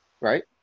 right